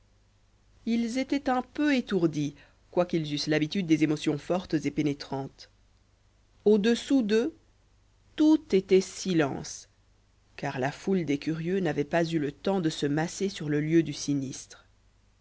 ils étaient un peu étourdis quoiqu'ils eussent l'habitude des émotions fortes et pénétrantes au-dessous d'eux tout était silence car la foule des curieux n'avait pas eu le temps de se masser sur le lieu du sinistre